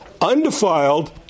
undefiled